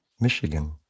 Michigan